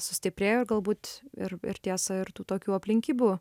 sustiprėjo ir galbūt ir ir tiesa ir tų tokių aplinkybių